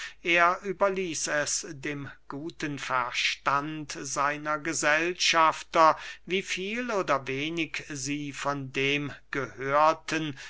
er überließ es dem guten verstand seiner gesellschafter wie viel oder wenig sie von dem gehörten